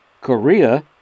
Korea